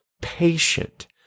patient